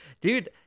Dude